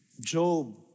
Job